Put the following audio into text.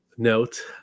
note